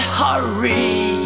hurry